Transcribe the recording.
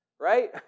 right